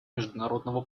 международного